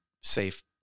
Safe